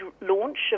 launch